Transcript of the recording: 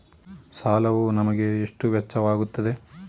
ಸಾಲವು ನಿಮಗೆ ಎಷ್ಟು ವೆಚ್ಚವಾಗುತ್ತದೆ?